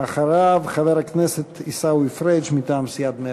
אחריו, חבר הכנסת עיסאווי פריג' מטעם סיעת מרצ.